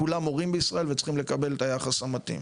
כולם מורים בישראל וצריכים לקבל את היחס המתאים.